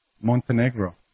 Montenegro